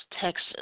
Texas